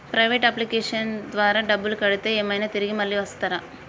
Private అప్లికేషన్ల ద్వారా డబ్బులు కడితే ఏమైనా తిరిగి మళ్ళీ ఇస్తరా?